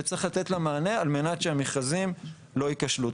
וצריך לתת לה מענה על מנת שהמכרזים לא ייכשלו.